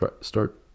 start